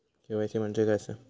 KYC म्हणजे काय आसा?